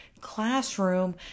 classroom